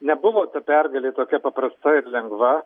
nebuvo ta pergalė tokia paprasta ir lengva